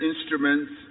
instruments